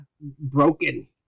broken